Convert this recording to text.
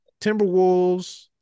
Timberwolves